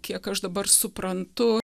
kiek aš dabar suprantu